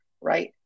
right